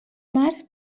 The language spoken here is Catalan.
mar